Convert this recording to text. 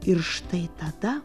ir štai tada